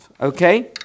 Okay